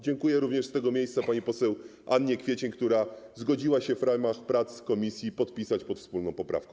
Dziękuję również z tego miejsca pani poseł Annie Kwiecień, która zgodziła się w ramach prac komisji podpisać pod wspólną poprawką.